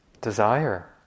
desire